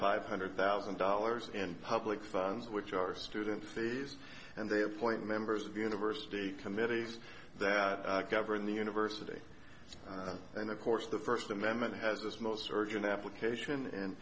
five hundred thousand dollars and public funds which are student fees and they appoint members of the university committees that govern the university and of course the first amendment has this most urgent application and